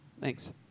Thanks